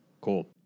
cool